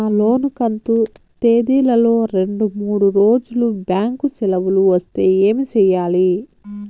నా లోను కంతు తేదీల లో రెండు మూడు రోజులు బ్యాంకు సెలవులు వస్తే ఏమి సెయ్యాలి?